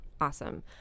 Awesome